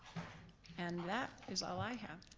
and that is all i have.